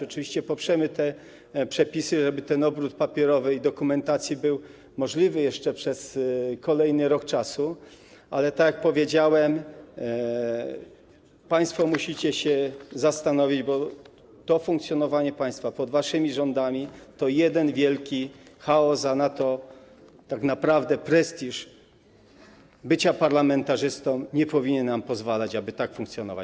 Oczywiście poprzemy te przepisy, żeby ten obrót papierowy dokumentacji był możliwy jeszcze przez kolejny rok, ale tak jak powiedziałem, państwo musicie się zastanowić, bo funkcjonowanie państwa pod waszymi rządami to jeden wielki chaos, a tak naprawdę prestiż bycia parlamentarzystą nie powinien nam pozwalać, aby tak funkcjonować.